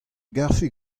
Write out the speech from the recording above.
garfe